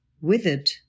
withered